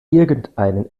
irgendeinen